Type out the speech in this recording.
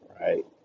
right